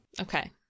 okay